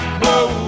blow